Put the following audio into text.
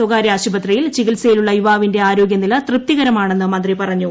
സ്വകാര്യ ആശുപത്രിയിൽ ചികിൽസയിൽ ഉള്ള യുവാവിന്റെ ആരോഗ്യനില തൃപ്തികരമാണെന്ന് മന്ത്രി പറഞ്ഞു